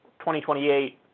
2028